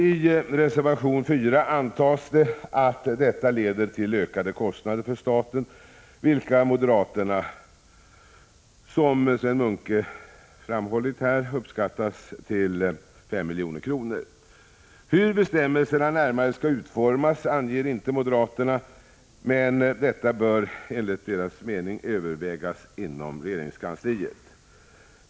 I reservation 4 antas det att detta leder till ökade kostnader för staten, vilka moderaterna, som Sven Munke framhållit, uppskattar till 5 milj.kr. Hur bestämmelserna närmare skall utformas anger inte moderaterna. Detta bör enligt deras mening övervägas inom regeringskansliet.